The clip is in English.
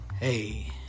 Hey